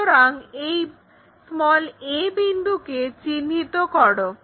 সুতরাং এই a বিন্দুকে চিহ্নিত করো